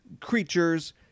Creatures